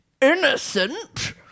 innocent